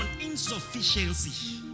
insufficiency